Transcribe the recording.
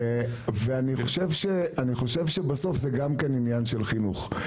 ואני חושב שבסוף זה גם כן עניין של חינוך.